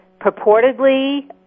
purportedly